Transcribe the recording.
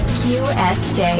qsj